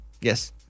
Yes